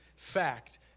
Fact